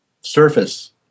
surface